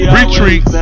Retreat